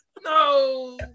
No